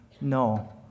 no